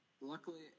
luckily